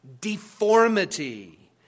Deformity